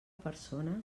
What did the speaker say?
persona